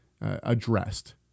addressed